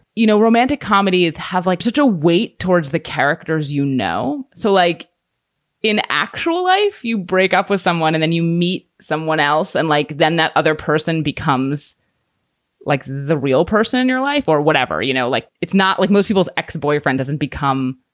you know, romantic comedies have like such a weight towards the characters, you know, so like in actual life, you break up with someone and then you meet someone else. and then that other person becomes like the real person in your life or whatever, you know, like it's not like most people's ex-boyfriend doesn't become.